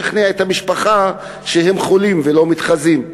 לשכנע את המשפחה שהם חולים ולא מתחזים,